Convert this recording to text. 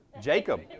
Jacob